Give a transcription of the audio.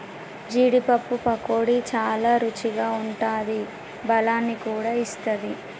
జీడీ పప్పు పకోడీ చాల రుచిగా ఉంటాది బలాన్ని కూడా ఇస్తది